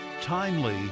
timely